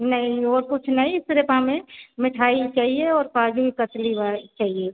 नहीं ओर कुछ नहीं सिर्फ़ हमें मेठाई चाहिए और काजू कतली चाहिए